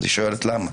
היא שואלת, למה?